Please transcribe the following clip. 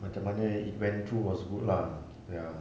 macam mana it went through was good lah ya